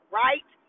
right